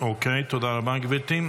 תודה רבה, גברתי.